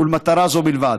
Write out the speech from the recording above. ולמטרה זו בלבד.